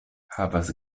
havas